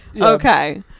Okay